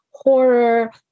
horror